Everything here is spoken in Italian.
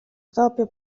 proprio